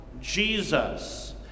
Jesus